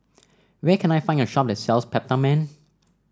where can I find a shop that sells Peptamen